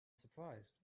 surprised